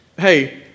Hey